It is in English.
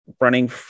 running